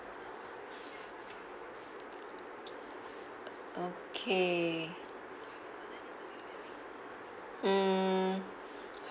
okay mm